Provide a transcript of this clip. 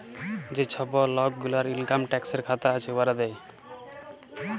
যে ছব লক গুলার ইলকাম ট্যাক্সের খাতা আছে, উয়ারা দেয়